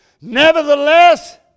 Nevertheless